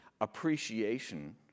appreciation